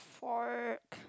fork